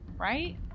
Right